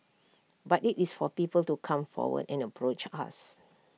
but IT is for people to come forward and approach us